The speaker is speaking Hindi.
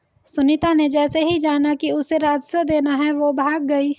सुनीता ने जैसे ही जाना कि उसे राजस्व देना है वो भाग गई